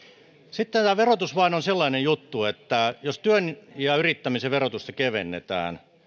sitten tämä verotus on sellainen juttu että jos työn ja yrittämisen verotusta kevennetään